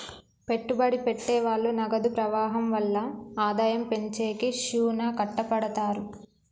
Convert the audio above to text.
పెట్టుబడి పెట్టె వాళ్ళు నగదు ప్రవాహం వల్ల ఆదాయం పెంచేకి శ్యానా కట్టపడతారు